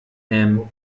ähm